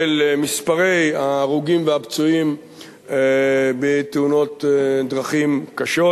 של מספרי ההרוגים והפצועים בתאונות דרכים קשות,